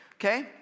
okay